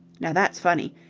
now that's funny.